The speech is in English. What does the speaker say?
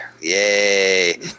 yay